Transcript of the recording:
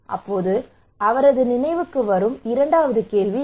இப்போது அவரது நினைவுக்கு வரும் இரண்டாவது கேள்வி என்ன